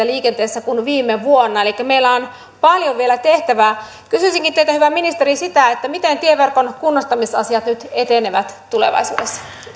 liikenteessä kuin viime vuonna elikkä meillä on paljon vielä tehtävää kysyisinkin teiltä hyvä ministeri sitä miten tieverkon kunnostamisasiat nyt etenevät tulevaisuudessa